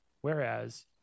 whereas